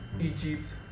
Egypt